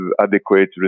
adequate